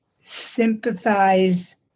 sympathize